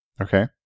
Okay